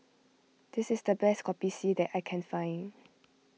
this is the best Kopi C that I can find